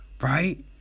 Right